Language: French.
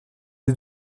des